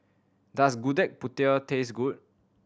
does Gudeg Putih taste good